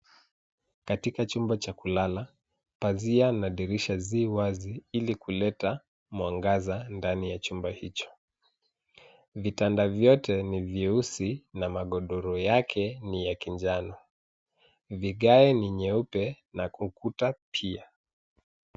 Katika chumba cha kulala, pazia na dirisha zi wazi ili kuleta mwangaza ndani ya chumba icho. Vitanda vyote ni vyeusi na magodoro yake ni ya kinjano. Vigae ni nyeupe na kwa ukuta pia.